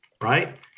right